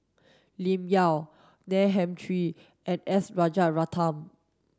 Lim Yau Neil Humphreys and S Rajaratnam